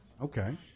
Okay